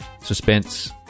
suspense